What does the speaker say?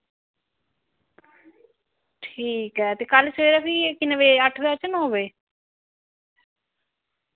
ठीक ऐ ते कल सवेरे फ्ही किन्ने बजे अट्ठ बजे आचै जां नौ बजे